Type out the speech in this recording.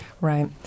Right